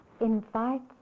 invites